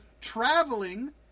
traveling